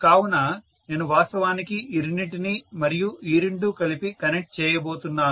కావున నేను వాస్తవానికి ఈ రెండింటినీ మరియు ఈ రెండు కలిపి కనెక్ట్ చేయబోతున్నాను